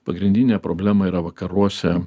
pagrindinė problema yra vakaruose